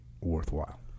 worthwhile